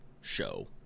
show